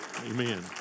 Amen